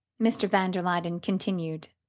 mr. van der luyden continued,